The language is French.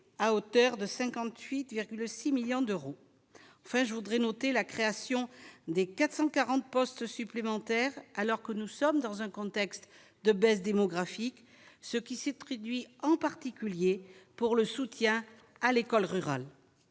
à hauteur de 58,6 millions d'euros, enfin je voudrais noter la création des 440 postes supplémentaires alors que nous sommes dans un contexte de baisse démographique ce qui s'est traduit, en particulier pour le soutien à l'école rurale,